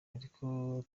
ariko